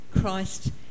Christ